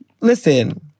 listen